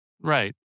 Right